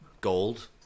gold